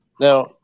Now